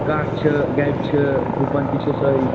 کٹھ چھِ گبہِ چھِ گُپن تہِ چھِ سٲرِی